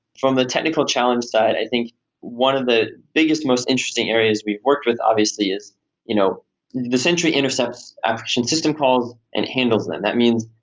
from the technical challenge side, i think one of the biggest, most interesting areas we've worked with obviously is you know the sentry intercepts application system calls and handles them. that means,